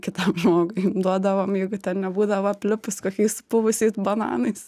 kitam žmogui duodavom jeigu ten nebūdavo aplipus kokiais supuvusiais bananais